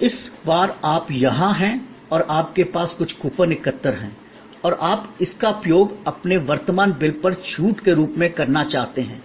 तो इस बार आप यहां हैं और आपके पास कुछ कूपन एकत्र हैं और आप इसका उपयोग अपने वर्तमान बिल पर छूट के रूप में करना चाहते हैं